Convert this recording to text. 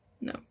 no